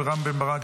רם בן ברק,